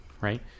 right